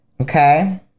okay